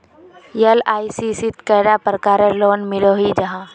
LIC शित कैडा प्रकारेर लोन मिलोहो जाहा?